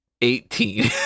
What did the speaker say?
Eighteen